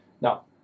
Now